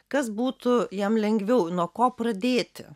kas būtų jam lengviau nuo ko pradėti